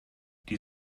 die